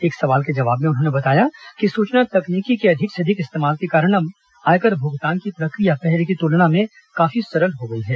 एक सवाल के जवाब में उन्होंने बताया कि सूचना तकनीकी के अधिक से अधिक इस्तेमाल के कारण अब आयकर भुगतान की प्रक्रिया पहले की तुलना में काफी सरल हो गई है